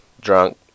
drunk